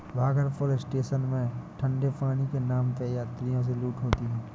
Bhagalpur station में ठंडे पानी के नाम पे यात्रियों से लूट होती है